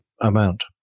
amount